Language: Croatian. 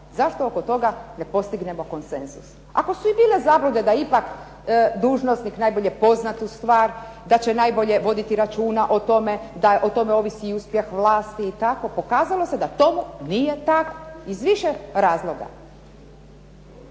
Zašto oko toga ne postignemo konsenzus. Ako su i bile zablude da ipak dužnosnik najbolje poznatu stvar, da će najbolje voditi računa o tome da o tome ovisi i uspjeh vlasti i tako, pokazalo se da tomu nije tako, iz više razloga.